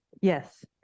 Yes